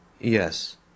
Yes